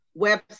website